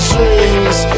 Dreams